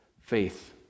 faith